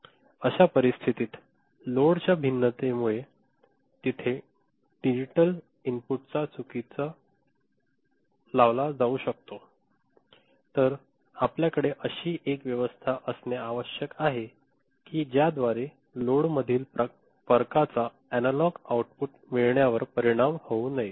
अशा परिस्थितीत लोडच्या भिन्नते मुळे तेथे डिजिटल इनपुटचा चुकीचा लावला जाऊ शकतो तर आपल्याकडे अशी एक व्यवस्था असणे आवश्यक आहे की ज्याद्वारे लोडमधील फरकाचा एनालॉग आउटपुट मिळण्यावर परिणाम होऊ नये